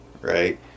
right